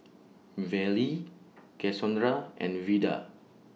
Vallie Cassondra and Vida